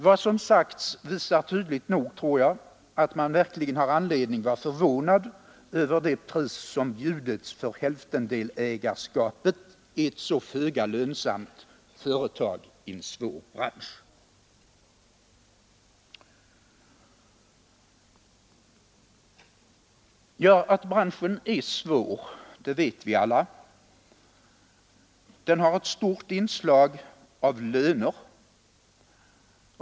Vad som sagts visar tydligt nog, tror jag, att man verkligen har anledning att vara "förvånad över det pris som bjudits för hälftendelägarskapet i ett föga lönsamt företag i en svår bransch. Att branschen är svår vet vi alla. Den har ett stort inslag av löner.